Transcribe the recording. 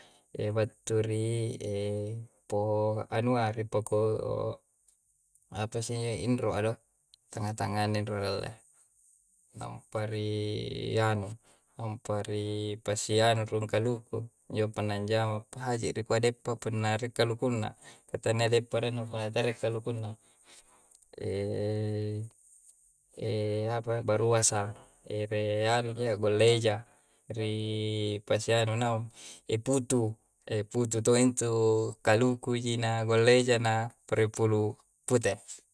E battu ri po anua, ri poko' apasse injo? Inru'a do. Tangnga-tangngana inru'a rialle. Nampa ri anu, nampa ri pasianu rung kaluku. Injo punna njama, pahaji nikua deppa punna rie kalukunna. Ka tania deppa arenna punna talarie kalukunna. apa? Baruasa, ere anu ji yya, golla eja. Ri pasianu naung. E putu. E putu to' intu kaluku ji na golla eja na parapulu pute.